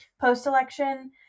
Post-election